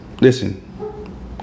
Listen